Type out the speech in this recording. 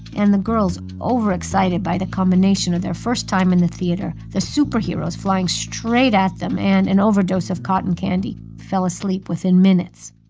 and the girls, overexcited by the combination of their first time in the theater, the superheroes flying straight at them and an overdose of cotton candy, fell asleep within minutes.